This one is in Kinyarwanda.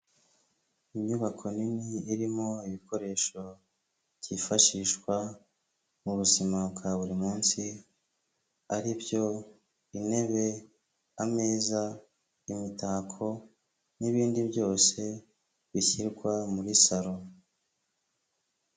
Inyubako nini irimo ibikoresho byifashishwa mu buzima bwa buri munsi aribyo intebe, ameza, imitako n'ibindi byose bishyirwa muri salo.